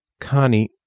connie